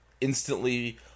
instantly